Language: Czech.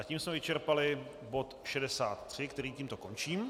Tím jsme vyčerpali bod 63, který tímto končím.